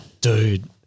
dude